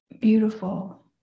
beautiful